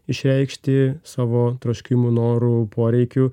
išreikšti savo troškimų norų poreikių